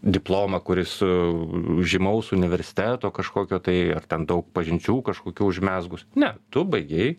diplomą kuris su žymaus universiteto kažkokio tai ar ten daug pažinčių kažkokių užmezgus ne tu baigei